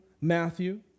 Matthew